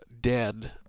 dead